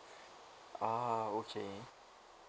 ah okay